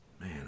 man